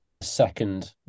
second